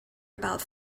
about